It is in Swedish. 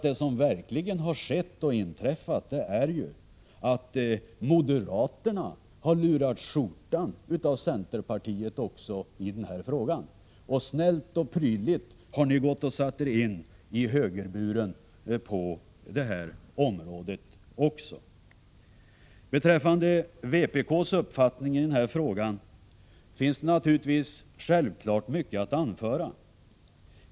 Det som verkligen har skett är att moderaterna har lurat skjortan av centerpartiet också i den här frågan — och snällt och prydligt har ni gått och satt er i högerburen även i det här fallet. Beträffande vpk:s uppfattning i den här frågan finns naturligtvis mycket att anföra.